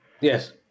Yes